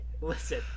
Listen